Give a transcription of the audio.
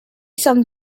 some